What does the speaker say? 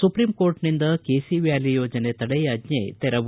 supreme ಕೋರ್ಟ್ನಿಂದ KC valley ಯೋಜನೆ ತಡೆಯಾಜ್ಜೆ ತೆರವು